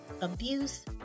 abuse